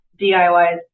DIYs